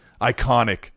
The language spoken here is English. iconic